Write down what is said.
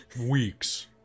weeks